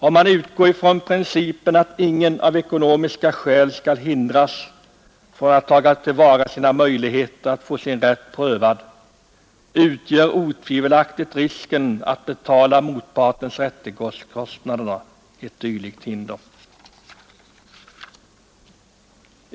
Om man utgår ifrån principen att ingen av ekonomiska skäl skall hindras från att taga till vara sina möjligheter att få sin rätt prövad, utgör otvivelaktigt risken att få betala motpartens rättegångskostnader ett dylikt hinder.